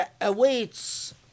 awaits